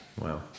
Wow